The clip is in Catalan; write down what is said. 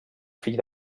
fill